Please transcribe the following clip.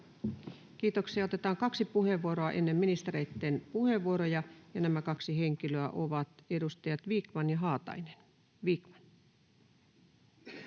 Kiitoksia. — Otetaan kaksi puheenvuoroa ennen ministereitten puheenvuoroja, ja nämä kaksi henkilöä ovat edustajat Vikman ja Haatainen.